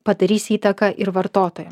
padarys įtaką ir vartotojam